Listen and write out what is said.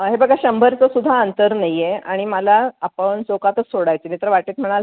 हे बघा शंभरचं सुद्धा अंतर नाही आहे आणि मला अप्पा बळवंत चौकातच सोडायचे आहेत नाही तर वाटेत म्हणाल